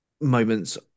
moments